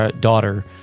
daughter